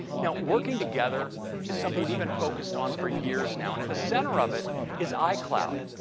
now, working together is something we've been focused on for years now and at the center of it is icloud.